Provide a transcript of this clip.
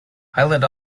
highland